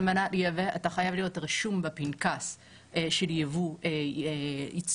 על מנת לייבא חייבים להיות רשומים בפנקס של ייבוא ציוד